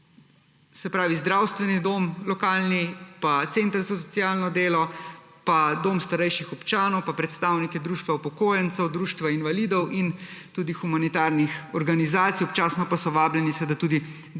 lokalni zdravstveni dom, center za socialno delo, pa dom starejših občanov, predstavnike društva upokojencev, društva invalidov in tudi humanitarnih organizacij, občasno pa so vabljeni seveda tudi